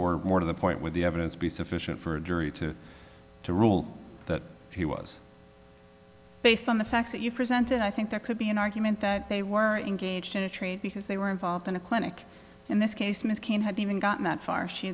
or more to the point where the evidence be sufficient for a jury to to rule that he was based on the facts that you've presented i think there could be an argument that they were engaged in a trade because they were involved in a clinic in this case ms kane had even gotten that far she